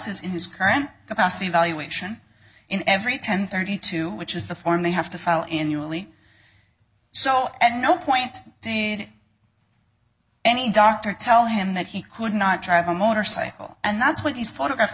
es in his current capacity evaluation in every ten thirty two which is the form they have to file annually so at no point did any doctor tell him that he could not travel a motorcycle and that's what these photographs